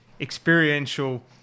experiential